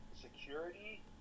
security